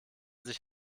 sich